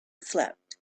slept